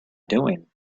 doing